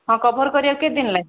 ହଁ କଭର୍ କରିବାକୁ କେତେ ଦିନ ଲାଗିବ